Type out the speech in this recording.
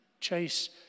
chase